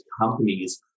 companies